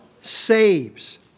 saves